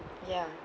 ya